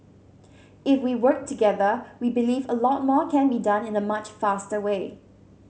if we work together we believe a lot more can be done in a much faster way